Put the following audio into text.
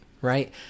right